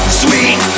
sweet